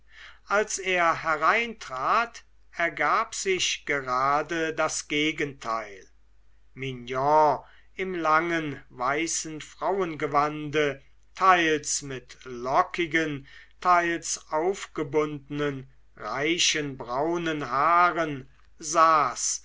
als er hereintrat ergab sich gerade das gegenteil mignon im langen weißen frauengewande teils mit lockigen teils aufgebundenen reichen braunen haaren saß